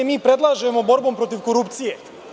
Mi predlažemo borbom protiv korupcije.